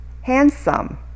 handsome